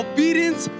Obedience